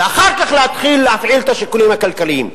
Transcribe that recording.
ואחר כך להתחיל להפעיל את השיקולים הכלכליים.